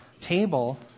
table